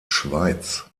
schweiz